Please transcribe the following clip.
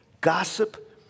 Gossip